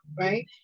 right